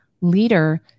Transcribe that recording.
leader